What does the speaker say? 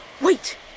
Wait